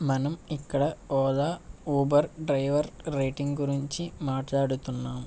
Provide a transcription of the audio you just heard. మనం ఇక్కడ Ola Uber driver rating గురించి మాట్లాడుతున్నాం